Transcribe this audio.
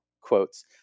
quotes